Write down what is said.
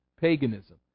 paganism